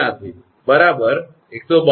682 152